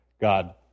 God